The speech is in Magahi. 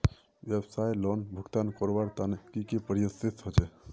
व्यवसाय लोन भुगतान करवार तने की की प्रोसेस होचे?